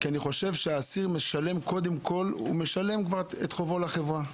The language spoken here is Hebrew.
כי אני חושב שהאסיר משלם כבר את חובו לחברה.